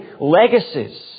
legacies